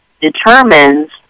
determines